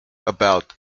about